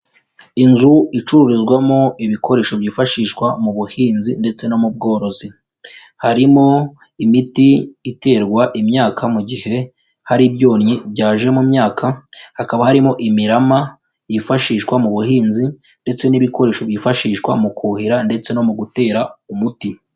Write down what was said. Inzu icururizwamo ibikoresho byifashishwa mu buhinzi ndetse no mu bworozi, harimo imiti iterwa imyaka mu gihe hari ibyonnyi byaje mu myaka, hakaba harimo imirama yifashishwa mu buhinzi, ndetse n'ibikoresho byifashishwa mu kuhira ndetse no mu gutera umuti.